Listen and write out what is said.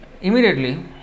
immediately